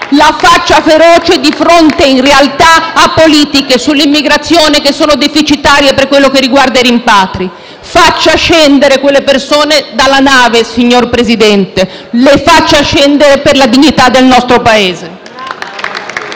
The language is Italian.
la faccia feroce a fronte, in realtà, di politiche sull'immigrazione che sono deficitarie per quello che riguarda i rimpatri. *(Applausi dal Gruppo PD).* Faccia scendere quelle persone dalla nave, signor Presidente, le faccia scendere per la dignità del nostro Paese.